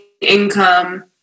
income